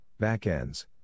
backends